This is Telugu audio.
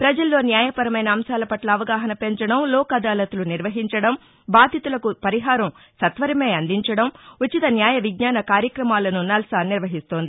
పజల్లో న్యాయపరమైన అంశాల పట్ల అవగాహన పెంచడం లోక్ అదాలత్లు నిర్వహించడం బాధితులకు పరిహారం సత్వరమే అందించడం ఉచితన్యాయ విజ్ఞాస కార్యక్రమాలను నల్సా నిర్వహిస్తోంది